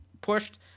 pushed